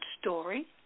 story